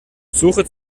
suche